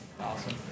Awesome